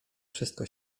wszystko